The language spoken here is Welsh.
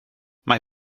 mae